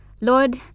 Lord